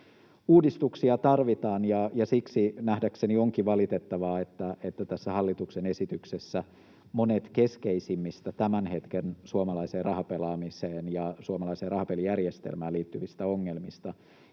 Uudistuksia tarvitaan, ja siksi nähdäkseni onkin valitettavaa, että tässä hallituksen esityksessä monet keskeisimmistä tämän hetken suomalaiseen rahapelaamiseen ja suomalaiseen rahapelijärjestelmään liittyvistä ongelmista